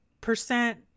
percent